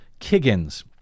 Kiggins